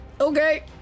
Okay